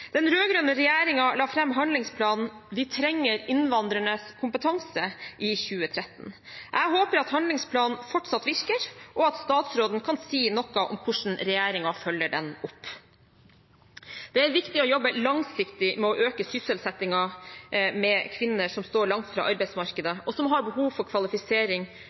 Den rød-grønne regjeringen la i 2013 fram handlingsplanen Vi trenger innvandrernes kompetanse. Jeg håper at handlingsplanen fortsatt virker, og at statsråden kan si noe om hvordan regjeringen følger den opp. Det er viktig å jobbe langsiktig med å øke sysselsettingen med kvinner som står langt fra arbeidsmarkedet, og som har behov for kvalifisering